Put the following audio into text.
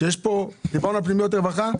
דיברנו על פנימיות רווחה,